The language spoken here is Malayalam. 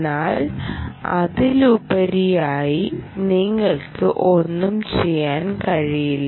എന്നാൽ അതിലുപരിയായി നിങ്ങൾക്ക് ഒന്നും ചെയ്യാൻ കഴിയില്ല